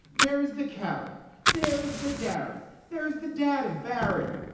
there is the karen there's the darren. there's the dad of barron.